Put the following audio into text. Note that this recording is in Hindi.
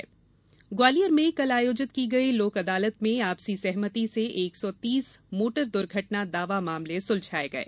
वहीं ग्वालियर में कल आयोजित की गई लोक अदालत में आपसी सहमति से एक सौ तीस मोटर दुर्घटना दावा मामले सुलझाये गये